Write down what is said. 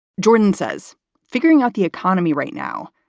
jordan says figuring out the economy right now,